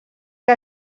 que